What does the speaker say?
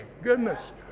goodness